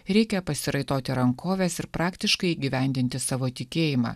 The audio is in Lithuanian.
reikia pasiraitoti rankoves ir praktiškai įgyvendinti savo tikėjimą